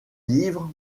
livres